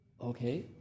okay